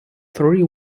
three